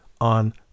on